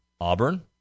Auburn